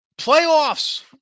Playoffs